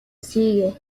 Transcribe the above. sigue